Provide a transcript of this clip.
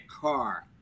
car